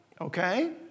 Okay